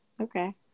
Okay